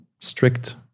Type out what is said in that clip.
strict